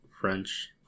French